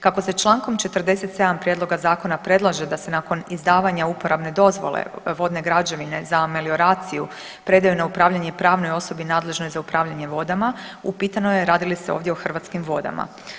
Kako se člankom 47. prijedloga zakona predlaže da se nakon izdavanja uporabne dozvole, vodne građevine za melioraciju predaju na upravljanje pravnoj osobi nadležnoj za upravljanje vodama upitano je radi li se ovdje o Hrvatskim vodama.